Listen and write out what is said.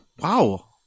wow